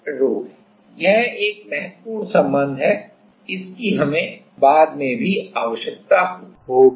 तो यह एक महत्वपूर्ण संबंध है इसकी हमें बाद में भी आवश्यकता होगी